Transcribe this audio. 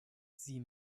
sie